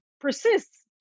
persists